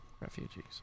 refugees